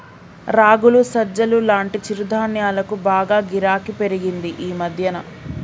రాగులు, సజ్జలు లాంటి చిరుధాన్యాలకు బాగా గిరాకీ పెరిగింది ఈ మధ్యన